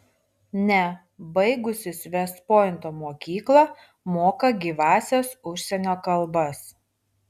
ne baigusis vest pointo mokyklą moka gyvąsias užsienio kalbas